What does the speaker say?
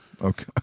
Okay